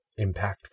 impactful